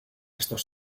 estos